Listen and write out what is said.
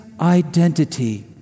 identity